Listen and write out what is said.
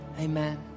amen